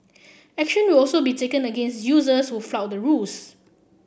action will also be taken against users who flout the rules